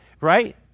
right